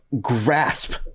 grasp